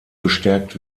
bestärkt